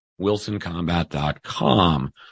wilsoncombat.com